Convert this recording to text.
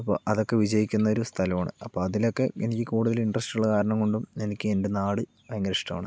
അപ്പോൾ അതൊക്കെ വിജയിക്കുന്നൊരു സ്ഥലമാണ് അപ്പം അതിലൊക്കെ എനിക്ക് കൂടുതൽ ഇന്ട്രെസ്റ്റുള്ള കാരണം കൊണ്ടും എനിക്ക് എൻ്റെ നാട് ഭയങ്കര ഇഷ്ടമാണ്